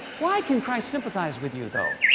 why can christ sympathize with you though?